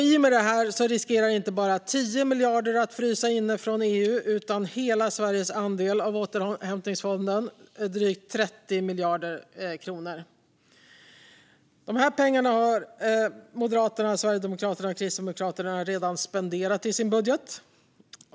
I och med detta riskerar inte bara 10 miljarder från EU att frysa inne utan hela Sveriges andel av återhämtningsfonden, drygt 30 miljarder kronor. Dessa pengar har Moderaterna, Sverigedemokraterna och Kristdemokraterna redan spenderat i sin budget.